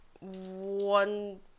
one